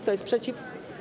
Kto jest przeciw?